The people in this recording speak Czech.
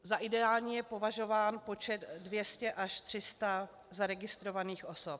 Za ideální je považován počet 200 až 300 tisíc zaregistrovaných osob.